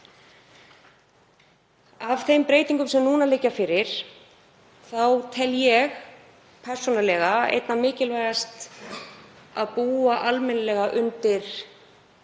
Af þeim breytingum sem núna liggja fyrir tel ég persónulega einna mikilvægast að byggja almennilega undir